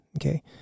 okay